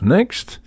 Next